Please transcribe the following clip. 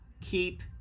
keep